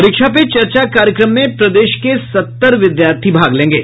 परीक्षा पे चर्चा कार्यक्रम में प्रदेश के सत्तर विद्यार्थी भाग लेंगे